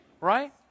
Right